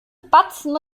batzen